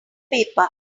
paper